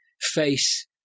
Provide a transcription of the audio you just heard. face